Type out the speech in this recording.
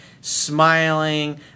smiling